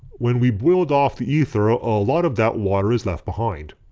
when we boiled off the ether a ah lot of that water is left behind.